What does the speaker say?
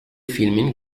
filmin